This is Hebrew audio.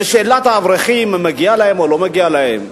לשאלת האברכים, אם מגיע להם או לא מגיע להם,